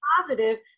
positive